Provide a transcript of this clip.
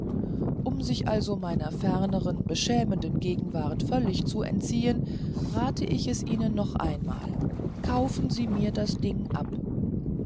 um sich also meiner ferneren beschämenden gegenwart völlig zu entziehen rate ich es ihnen noch einmal kaufen sie mir das ding ab